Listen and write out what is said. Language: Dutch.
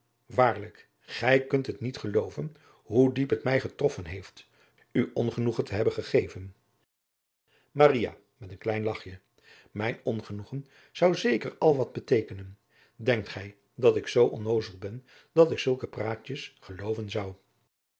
gij kunt niet gelooven hoe diep het mij getroffen heeft u ongenoegen te hebben gegeven maria met een klein lachje mijn ongenoegen zou zeker al wat beteekenen denkt gij dat ik zoo onnoozel ben dat ik zulke praatjes gelooven zou